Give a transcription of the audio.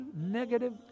negative